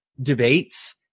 debates